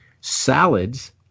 salads